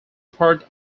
part